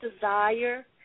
desire